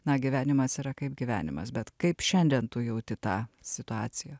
na gyvenimas yra kaip gyvenimas bet kaip šiandien tu jauti tą situaciją